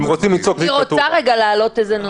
אני רוצה להעלות נושא.